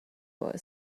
boy